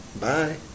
Bye